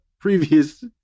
previous